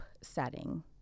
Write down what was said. setting